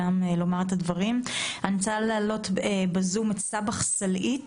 רוצה להעלות בזום את סבח סלעית.